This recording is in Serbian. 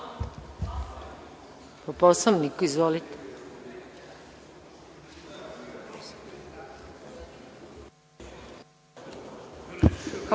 Hvala vam.